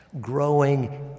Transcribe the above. growing